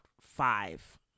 five